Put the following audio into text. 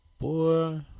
Boy